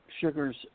Sugar's